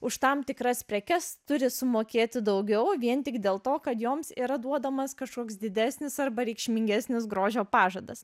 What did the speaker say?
už tam tikras prekes turi sumokėti daugiau vien tik dėl to kad joms yra duodamas kažkoks didesnis arba reikšmingesnis grožio pažadas